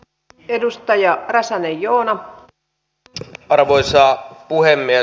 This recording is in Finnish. n edustaja räsänen joonaan sen arvoisa puhemies